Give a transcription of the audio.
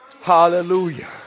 Hallelujah